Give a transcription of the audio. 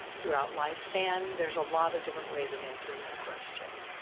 throughout lifespan, there is a lot of different ways of answering that question.